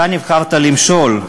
אתה נבחרת למשול.